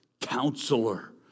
counselor